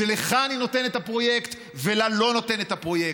ולך אני נותן את הפרויקט ולה לא נותן את הפרויקט.